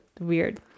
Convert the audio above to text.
weird